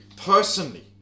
personally